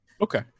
Okay